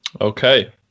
Okay